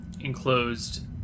enclosed